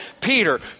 Peter